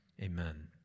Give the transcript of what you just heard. Amen